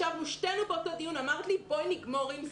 ישבנו שתינו באותו דיון ואמרת לי בואי נגמור עם זה.